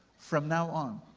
from now on,